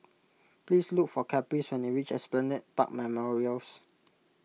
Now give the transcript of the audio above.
please look for Caprice when you reach Esplanade Park Memorials